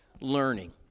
learning